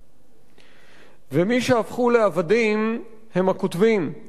ומי שהפכו לעבדים הם הכותבים, הסופרים, המשוררים.